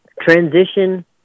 Transition